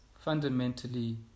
fundamentally